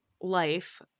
life